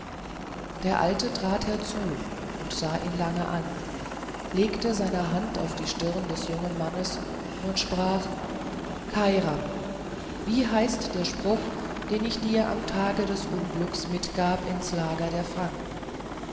der alte trat herzu sah ihn lange an legte seine hand auf die stirne des jungen mannes und sprach kairam wie hieß der spruch den ich dir am tage des unglücks mitgab ins lager der franken